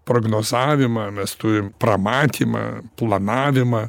prognozavimą mes turim pramatymą planavimą